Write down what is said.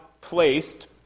placed